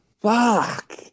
Fuck